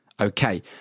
Okay